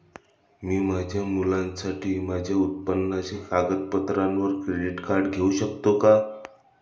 मी माझ्या मुलासाठी माझ्या उत्पन्नाच्या कागदपत्रांवर क्रेडिट कार्ड घेऊ शकतो का?